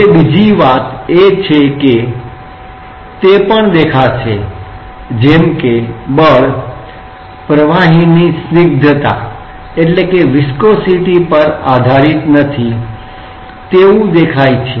હવે બીજી વાત એ પણ સમજાશે જેમ કે બળ પ્રવાહીની સ્નિગ્ધતા પર આધારિત નથી તેવું દેખાય છે